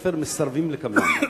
בתי-הספר מסרבים לקבלן.